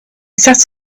sat